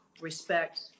respect